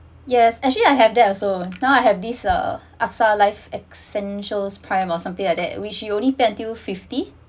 yes actually I have that also now I have this uh AXA life essentials prime or something like that which you only pay til fifty